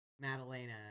madalena